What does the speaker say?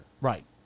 Right